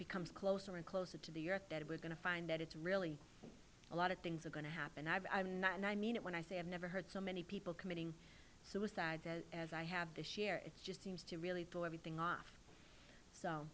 becomes closer and closer to the earth that we're going to find that it's really a lot of things are going to happen i mean that and i mean it when i say i've never heard so many people committing suicide as i have this year it just seems to really throw everything off